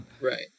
Right